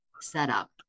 setup